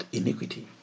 iniquity